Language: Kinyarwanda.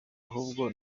ahubwo